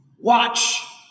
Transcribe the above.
watch